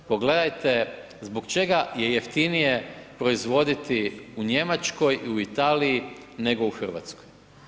Pogledajte zbog čega je jeftinije proizvoditi u Njemačkoj i u Italiji nego u Hrvatskoj.